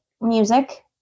music